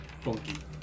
funky